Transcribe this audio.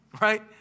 Right